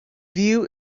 view